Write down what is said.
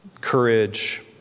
courage